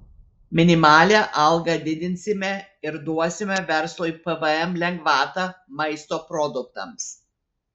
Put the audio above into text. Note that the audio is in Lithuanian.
minimalią algą didinsime ir duosime verslui pvm lengvatą maisto produktams